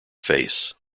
face